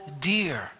dear